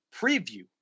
preview